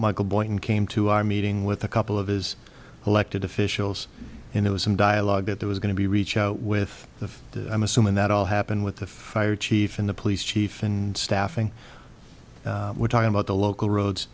michael boynton came to our meeting with a couple of his elected officials and it was some dialogue that there was going to be reach out with the i'm assuming that all happened with the fire chief and the police chief and staffing we're talking about the local roads